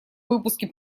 выпуске